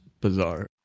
bizarre